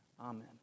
Amen